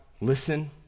listen